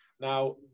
Now